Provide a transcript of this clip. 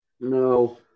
No